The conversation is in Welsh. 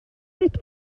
sut